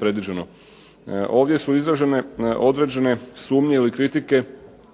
predviđeno. Ovdje su izražene određene sumnje ili kritike